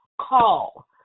call